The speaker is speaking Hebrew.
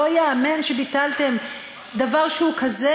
לא ייאמן שביטלתם דבר שהוא כזה,